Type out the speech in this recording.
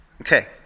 Okay